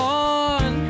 on